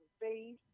base